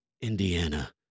Indiana